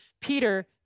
Peter